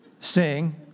sing